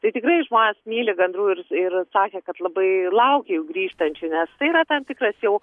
tai tikrai žmonės myli gandrus ir sakė kad labai laukia jų grįžtančių nes tai yra tam tikras jau